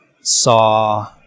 saw